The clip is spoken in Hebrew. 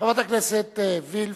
חברת הכנסת וילף,